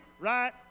right